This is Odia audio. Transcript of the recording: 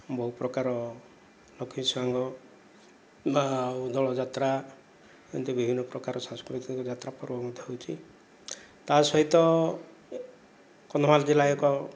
ବହୁ ପ୍ରକାର ଲୋକିସାଙ୍ଗ ବା ଆଉ ଦୋଳଯାତ୍ରା ଏନ୍ତି ବିଭିନ୍ନ ପ୍ରକାର ସାଂସ୍କୃତିକ ଯାତ୍ରା ପ୍ରଭାବିତ ହୋଇଛି ତାସହିତ କନ୍ଧମାଲ ଜିଲ୍ଲା ଏକ